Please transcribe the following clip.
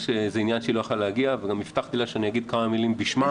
יש עניין שהיא לא יכולה להגיע והבטחתי שאגיד כמה מילים בשמה.